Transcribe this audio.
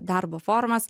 darbo formas